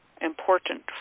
important